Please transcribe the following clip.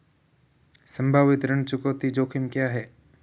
संभावित ऋण चुकौती जोखिम क्या हैं?